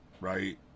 right